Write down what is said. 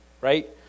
right